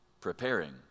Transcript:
Preparing